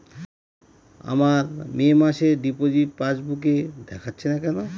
আমার মে মাসের ডিপোজিট পাসবুকে দেখাচ্ছে না কেন?